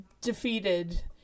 defeated